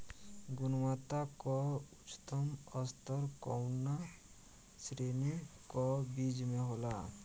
गुणवत्ता क उच्चतम स्तर कउना श्रेणी क बीज मे होला?